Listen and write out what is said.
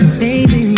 baby